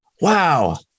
wow